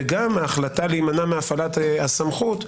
גם ההחלטה להימנע מהפעלת הסמכות,